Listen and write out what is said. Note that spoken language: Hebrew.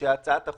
שהצעת החוק,